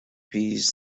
piece